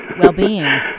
well-being